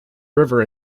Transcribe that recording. river